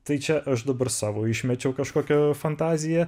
tai čia aš dabar savo išmečiau kažkokią fantaziją